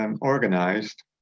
Organized